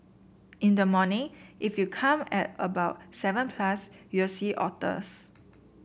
in the morning if you come at about seven plus you'll see otters